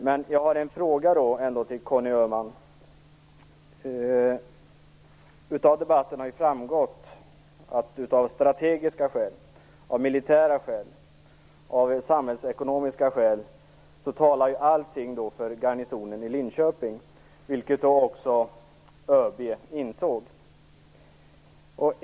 Men jag har en fråga till Av debatten har det framgått att av militära, strategiska och samhällsekonomiska skäl talar allt för garnisonen i Linköping, vilket också ÖB insåg.